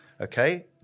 Okay